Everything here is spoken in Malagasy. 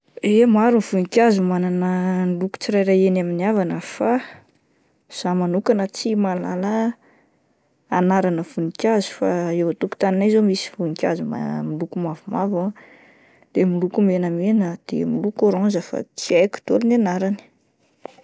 Ye, maro ny voninkazo manana ny loko tsirairay eny amin'ny avana fa zah manokana tsy mahalala anarana voninkazo fa eo an-tokotaninay zao misy voninkazo ma-miloko mavomavo ah, de miloko menamena de miloko ôranzy fa tsy haiko daholo ny anarany.